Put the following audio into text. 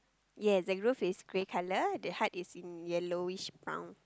yes the roof is grey colour the hut is in yellowish brown